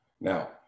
Now